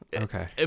Okay